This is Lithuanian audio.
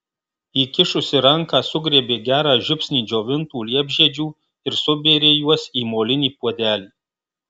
įkišusi ranką sugriebė gerą žiupsnį džiovintų liepžiedžių ir subėrė juos į molinį puodelį